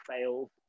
fails